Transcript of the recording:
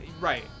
right